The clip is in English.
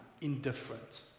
indifferent